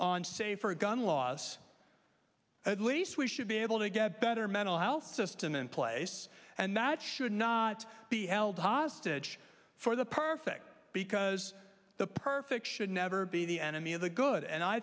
on safer gun laws at least we should be able to get better mental health system in place and that should not be held hostage for the perfect because the perfect should never be the enemy of the good and i